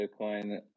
Bitcoin